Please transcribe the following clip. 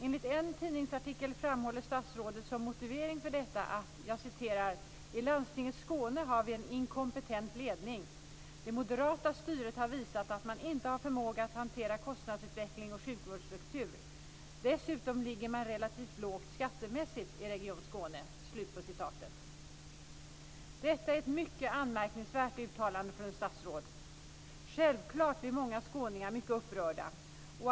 Enligt en tidningsartikel framhåller statsrådet som motivering för detta att "i landstinget Skåne har vi en inkompetent ledning. Det moderata styret har visat att man inte har förmåga att hantera kostnadsutveckling och sjukvårdsstruktur. Dessutom ligger man relativt lågt skattemässigt i Region Skåne." Detta är ett mycket anmärkningsvärt uttalande från ett statsråd. Självklart blir många skåningar mycket upprörda.